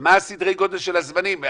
מה סדר הגודל של הזמנים?